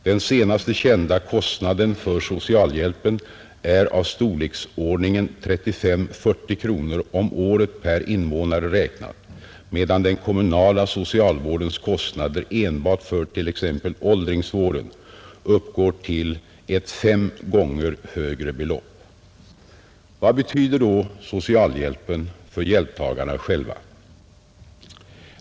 Den senaste kända kostnaden för socialhjälpen är av storleksordningen 35—40 kronor om året per invånare räknat, medan den kommunala socialvårdens kostnader enbart för t.ex. åldringsvården uppgår till ett fem gånger högre belopp. Vad betyder då socialhjälpen för hjälptagarna själva?